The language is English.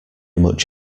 much